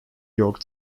york